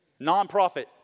Nonprofit